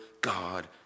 God